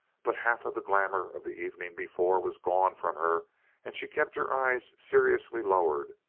but half of the glamour of the evening before was gone from her and she kept her eyes seriously lowered,